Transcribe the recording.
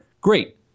great